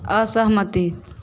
असहमति